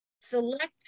select